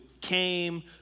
came